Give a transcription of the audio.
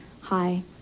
Hi